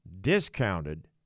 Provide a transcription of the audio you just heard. Discounted